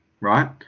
right